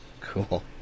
Cool